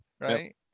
right